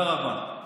תודה רבה.